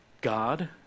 God